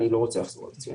אני לא רוצה לחזור על עצמי.